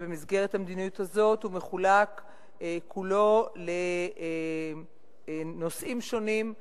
במסגרת המדיניות הזאת הוא מחולק כולו לנושאים שונים,